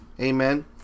Amen